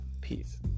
peace